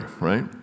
right